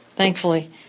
thankfully